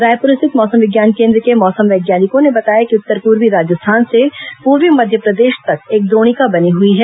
रायपुर स्थित मौसम विज्ञान केन्द्र के मौसम वैज्ञानिकों ने बताया कि उत्तरी पूर्वी राजस्थान से पूर्वी मध्यप्रदेश तक एक द्रोणिका बनी हुई है